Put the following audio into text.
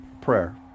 prayer